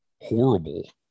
horrible